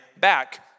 back